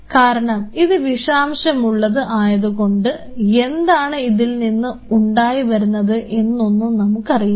കാരണം ഇത് വിഷാംശമുള്ളത് ആയതുകൊണ്ട് എന്താണ് ഇതിൽ നിന്ന് ഉണ്ടായി വരുന്നത് എന്നു ഒന്നും നമുക്കറിയില്ല